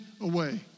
away